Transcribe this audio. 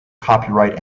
copyright